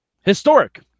historic